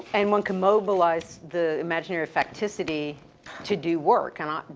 and one could mobilize the imaginary facility to do work, and i,